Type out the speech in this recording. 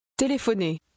Téléphoner